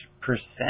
percent